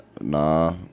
Nah